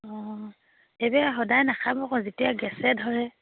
অঁ এইবোৰ সদায় নাখাব আকৌ যেতিয়া গেছে ধৰে